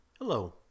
Hello